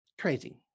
crazy